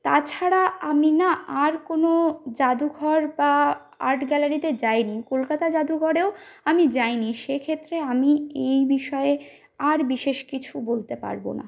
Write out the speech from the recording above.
তাছাড়া আমি না আর কোনো যাদুঘর বা আর্ট গ্যালারিতে যাইনি কলকাতা যাদুঘরেও আমি যাইনি সেক্ষেত্রে আমি এই বিষয়ে আর বিশেষ কিছু বলতে পারবো না